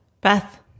beth